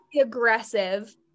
aggressive